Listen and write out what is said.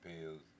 pills